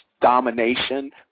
domination